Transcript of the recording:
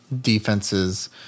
defenses